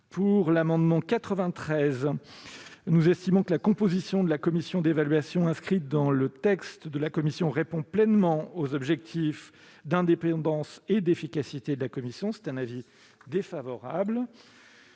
sur l'amendement n° 92. Parce que la composition de la commission d'évaluation inscrite dans le texte de la commission répond pleinement aux objectifs d'indépendance et d'efficacité de cette instance, la commission émet un avis défavorable